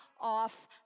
off